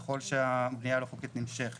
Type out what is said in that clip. ככל שהבניה הלא חוקית נמשכת.